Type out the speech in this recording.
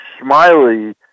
Smiley